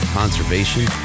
conservation